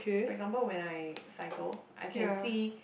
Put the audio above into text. for example when I cycle I can see